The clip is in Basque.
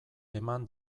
eman